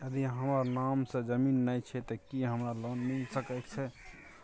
यदि हमर नाम से ज़मीन नय छै ते की हमरा लोन मिल सके छै?